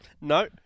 No